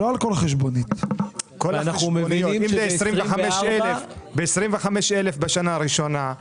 אנחנו מבינים שאם זה 25,000 בשנה הראשונה.